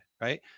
right